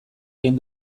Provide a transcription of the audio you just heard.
egin